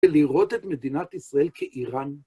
ולראות את מדינת ישראל כאיראן.